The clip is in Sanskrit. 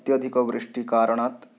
अत्यधिकवृष्टिकारणात्